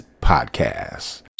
podcast